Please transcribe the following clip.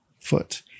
foot